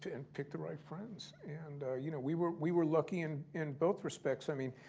and pick the right friends. and you know, we were we were lucky in in both respects. i mean,